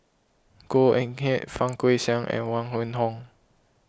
Goh Eck Kheng Fang Guixiang and Huang Wenhong